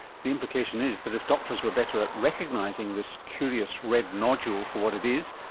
the implication is that if doctors were better at recognising this curious red nodule for what it is,